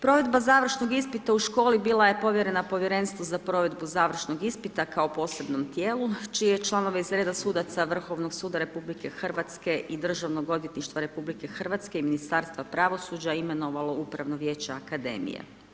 Provedba završnog ispita u školi bila je povjerena povjerenstvu za provedbu završnog ispita kao posebnom tijelu čije članove iz reda sudaca Vrhovnog suda RH i Državnog odvjetništva RH i Ministarstva pravosuđa imenovalo upravno vijeće akademije.